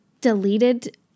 deleted